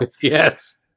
Yes